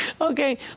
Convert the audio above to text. okay